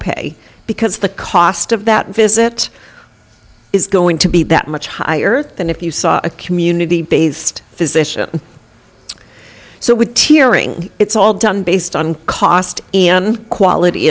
pay because the cost of that visit is going to be that much higher than if you saw a community based physician so would tiering it's all done based on cost in quality